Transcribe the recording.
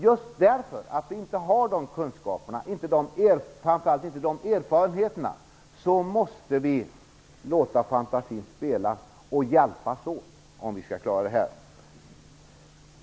Just därför att vi inte har de kunskaperna och framför allt inte de erfarenheterna måste vi låta fantasin spela och hjälpas åt, om vi skall klara detta.